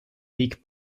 weg